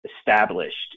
established